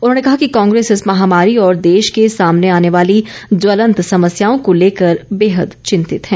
उन्होंने कहा कि कांग्रेस इस महामारी और देश के सामने आने वाली ज्वलंत समस्याओं को लेकर बेहद चिंतित है